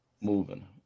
moving